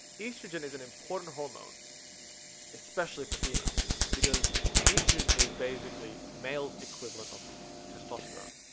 estrogen is an important hormone especially for females because estrogen is basically males equivalent of testosterone,